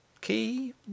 Key